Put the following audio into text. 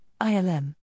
ILM